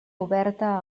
oberta